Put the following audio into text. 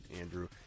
Andrew